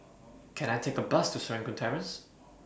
Can I Take A Bus to Serangoon Terrace